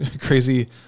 crazy